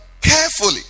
carefully